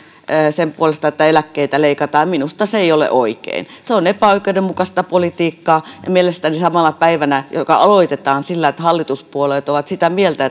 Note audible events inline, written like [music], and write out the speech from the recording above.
sen puolesta että eläkkeitä leikataan ja minusta se ei ole oikein se on epäoikeudenmukaista politiikkaa mielestäni samana päivänä joka aloitetaan sillä että hallituspuolueet ovat sitä mieltä [unintelligible]